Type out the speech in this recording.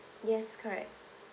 yes correct